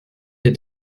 est